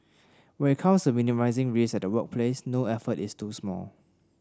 when it comes to minimising risks at the workplace no effort is too small